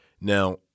Now